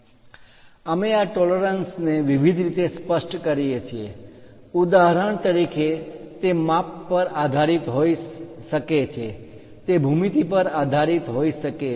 અમે આ ટોલરન્સ પરિમાણ માં માન્ય તફાવત ને વિવિધ રીતે સ્પષ્ટ કરીએ છીએ ઉદાહરણ તરીકે તે માપ પર આધારિત હોઈ શકે છે તે ભૂમિતિ પર પણ આધારિત હોઈ શકે છે